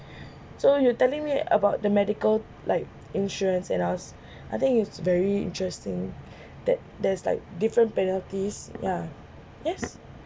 so you are telling me about the medical like insurance in us I think it's very interesting that there is like different penalties yeah yes